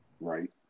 Right